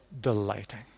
delighting